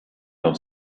noch